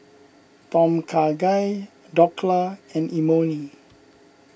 Tom Kha Gai Dhokla and Imoni